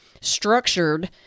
structured